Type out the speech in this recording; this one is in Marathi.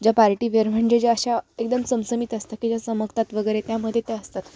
ज्या पार्टी वेयर म्हणजे ज्या अशा एकदम चमचमीत असतात की ज्या चमकतात वगैरे त्यामध्ये त्या असतात